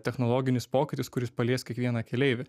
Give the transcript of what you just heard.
technologinis pokytis kuris palies kiekvieną keleivį